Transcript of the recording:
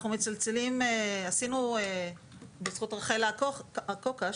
בזכות רחל אקוקה,